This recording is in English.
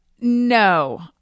No